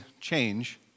change